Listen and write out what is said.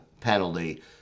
penalty